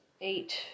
eight